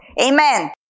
Amen